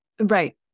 right